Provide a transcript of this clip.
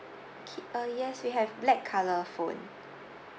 okay uh yes we have black colour phone